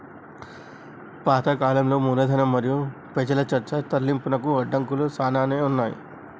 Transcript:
పాత కాలంలో మూలధనం మరియు పెజల చర్చ తరలింపునకు అడంకులు సానానే ఉన్నాయి